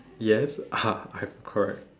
yes !huh! I'm correct